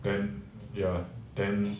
then ya then